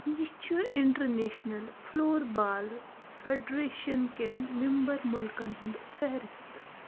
یہِ چھُ international floorball federation کٮ۪ن مٮ۪مبر مُلکَن ہُنٛد فہرِست